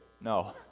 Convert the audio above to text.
No